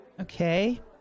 Okay